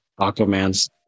Aquaman's